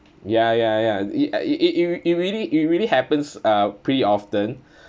ya ya ya it uh it it it really it really happens uh pretty often